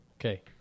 Okay